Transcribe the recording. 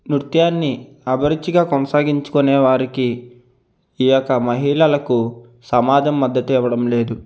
నృత్యాన్ని అభిరుచిగా కొనసాగించుకునేవారికి ఈ యొక్క మహిళలకు సమాజం మద్దతు ఇవ్వడం లేదు